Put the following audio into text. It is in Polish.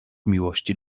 miłości